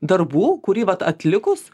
darbų kurį vat atlikus